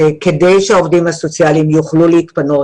כדי שהעובדים הסוציאליים יוכלו להתפנות